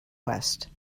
west